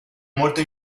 molto